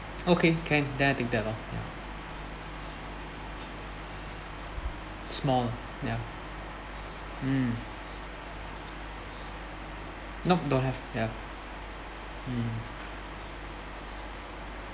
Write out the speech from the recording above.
okay can then I take that lor mm small mm nope don't have ya mm